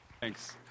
Thanks